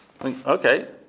okay